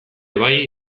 bai